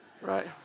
Right